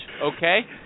Okay